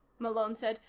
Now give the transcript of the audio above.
malone said.